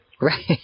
right